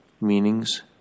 meanings